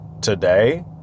today